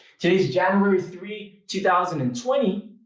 today's january three, two thousand and twenty.